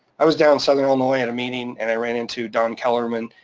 i was down in southern illinois in a meeting and i ran into don kellerman,